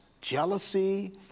jealousy